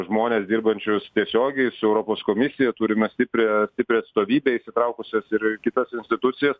žmones dirbančius tiesiogiai su europos komisija turime stiprią stiprią atstovybę įsitraukusias ir kitas institucijas